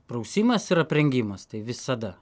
prausimas ir aprengimas tai visada